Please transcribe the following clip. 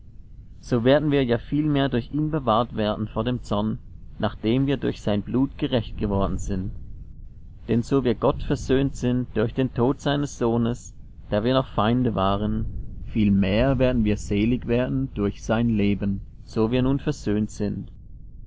so werden wir ja viel mehr durch ihn bewahrt werden vor dem zorn nachdem wir durch sein blut gerecht geworden sind denn so wir gott versöhnt sind durch den tod seines sohnes da wir noch feinde waren viel mehr werden wir selig werden durch sein leben so wir nun versöhnt sind